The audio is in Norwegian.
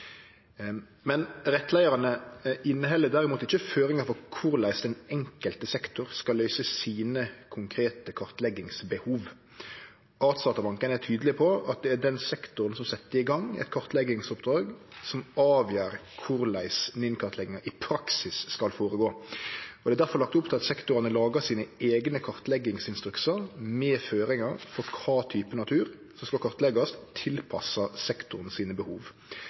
Rettleiarane inneheld derimot ikkje føringar for korleis den enkelte sektoren skal løyse sine konkrete kartleggingsbehov. Artsdatabanken er tydeleg på at det er den sektoren som set i gang eit kartleggingsoppdrag, som avgjer korleis NiN-kartlegginga i praksis skal gå føre seg. Det er difor lagt opp til at sektorane lagar sine eigne kartleggingsinstruksar med føringar for kva type natur som skal kartleggjast, tilpassa sektorens behov,